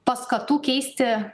paskatų keisti